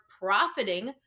profiting